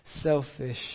selfish